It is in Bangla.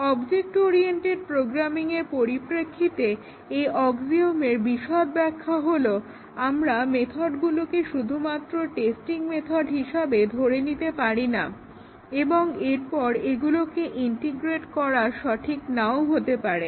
অবজেক্ট ওরিয়েন্টেড প্রোগ্রামিংয়ের পরিপ্রেক্ষিতে এই অক্সিওমের বিশদ ব্যাখ্যা হলো আমরা মেথডগুলোকে শুধুমাত্র টেস্টিং মেথড হিসেবে ধরে নিতে পারি না এবং এরপর এগুলোকে ইন্টিগ্রেট করা সঠিক নাও হতে পারে